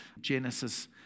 Genesis